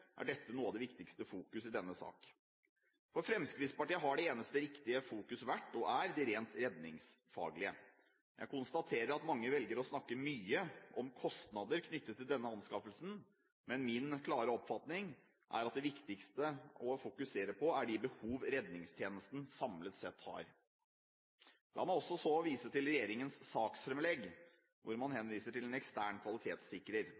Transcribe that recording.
er dette noe av det viktigste fokus i denne sak. For Fremskrittspartiet har det eneste riktige fokus vært – og er – de rent redningsfaglige. Jeg konstaterer at mange velger å snakke mye om kostnader knyttet til denne anskaffelsen, men min klare oppfatning er at det viktigste å fokusere på er de behov redningstjenesten samlet sett har. La meg så vise til regjeringens saksfremlegg hvor man henviser til en ekstern kvalitetssikrer,